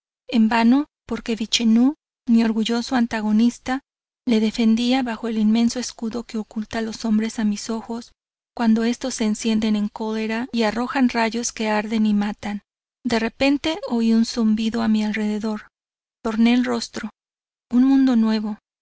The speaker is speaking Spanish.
en vano porque vichenú mi orgulloso antagonista le defendía bajo el inmenso escudo que oculta los hombres a mis ojos cuando estos se encienden en cólera y arrojan rayos que arden y matan de repente oí un zumbido a ni alrededor torne el rostro un mundo nuevo